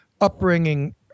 upbringing